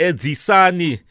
Edzisani